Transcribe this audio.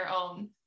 own